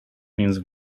means